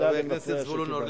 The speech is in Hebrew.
חבר הכנסת זבולון אורלב,